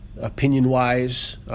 opinion-wise